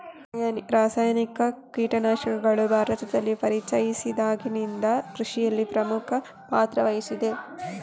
ರಾಸಾಯನಿಕ ಕೀಟನಾಶಕಗಳು ಭಾರತದಲ್ಲಿ ಪರಿಚಯಿಸಿದಾಗಿಂದ ಕೃಷಿಯಲ್ಲಿ ಪ್ರಮುಖ ಪಾತ್ರ ವಹಿಸಿದೆ